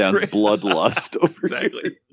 bloodlust